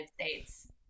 States